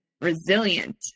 resilient